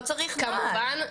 לא צריך נוהל.